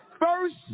First